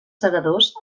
segadors